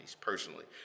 personally